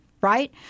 right